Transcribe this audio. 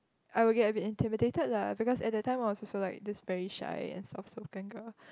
I will get a bit intimidated lah because at the time was also like this very shy and soft spoken girl